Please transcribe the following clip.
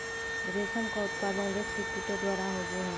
रेशम का उत्पादन रेशम के कीड़े द्वारा होबो हइ